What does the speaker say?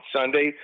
Sunday